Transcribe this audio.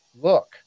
look